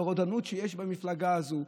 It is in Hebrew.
על הרודנות שיש במפלגה הזו,